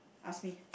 ask me